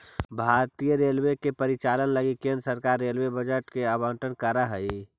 भारतीय रेलवे के परिचालन लगी केंद्र सरकार रेलवे बजट के आवंटन करऽ हई